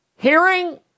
Hearing